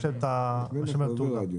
יש להם תעודה.